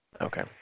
Okay